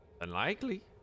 Unlikely